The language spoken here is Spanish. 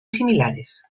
similares